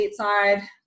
stateside